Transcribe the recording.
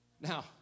Now